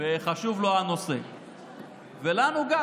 וכמה שהנושא חשוב לו, וגם לנו.